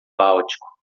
báltico